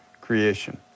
creation